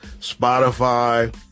Spotify